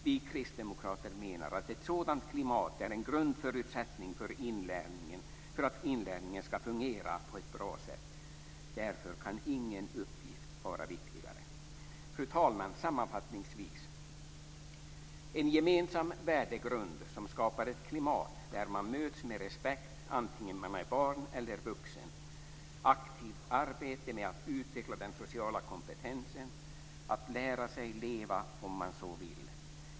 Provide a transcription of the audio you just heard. Vi kristdemokrater menar att ett sådant klimat är en grundförutsättning för att inlärningen skall fungera på ett bra sätt. Därför kan ingen uppgift var viktigare. Fru talman! Sammanfattningsvis: · En gemensam värdegrund som skapar ett klimat där man möts med respekt antingen man är barn eller vuxen. · Aktivt arbete med att utveckla den sociala kompetensen - att lära sig leva, om man så vill.